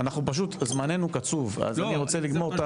פשוט, זמננו קצוב, אז אני רוצה לגמור.